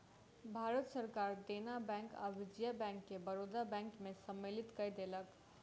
भारत सरकार देना बैंक आ विजया बैंक के बड़ौदा बैंक में सम्मलित कय देलक